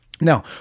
Now